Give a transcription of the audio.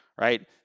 right